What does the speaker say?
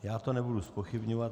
Já to nebudu zpochybňovat.